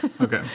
Okay